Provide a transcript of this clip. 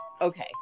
Okay